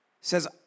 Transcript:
says